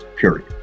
period